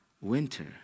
winter